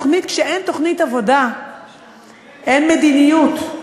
כשאין תוכנית עבודה אין מדיניות,